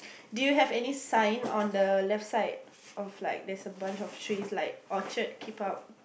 do you have any sign on the left side is like there's a bunch of tree like orchard keep out